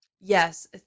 Yes